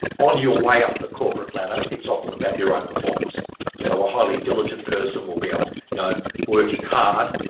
on your way up the corporate ladder it's often about your own performance so a highly diligent person will be on you know working hard,